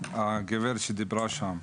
הגברת שדיברה שם.